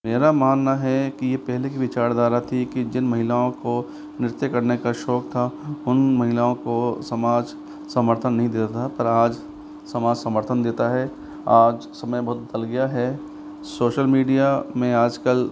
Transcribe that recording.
मेरा मानना है कि पहले की विचारधारा थी कि जिन महिलाओं को नृत्य करने का शौक था उन महिलाओं को समाज समर्थन नहीं देता था पर आज समाज समर्थन देता है आज समय बहुत बदल गया है शोशल मीडिया में आज कल